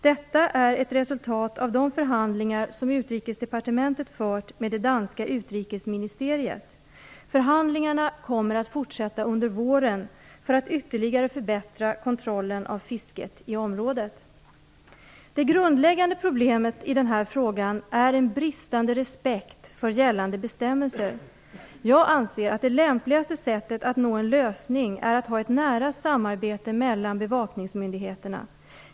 Detta är ett resultat av de förhandlingar som Utrikesdepartementet fört med det danska utrikesminesteriet. Förhandlingarna kommer att fortsätta under våren för att man ytterligare skall kunna förbättra kontrollen av fisket i området. Det grundläggande problemet i den här frågan är en bristande respekt för gällande bestämmelser. Jag anser att det lämpligaste sättet att nå en lösning är att ha ett nära samarbete mellan bevakningsmyndigheterna.